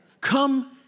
Come